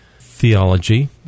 theology